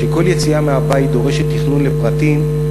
כשכל יציאה מהבית דורשת תכנון לפרטים,